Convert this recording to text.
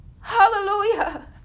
hallelujah